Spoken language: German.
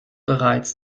bereits